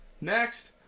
next